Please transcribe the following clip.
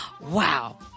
Wow